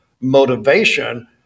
motivation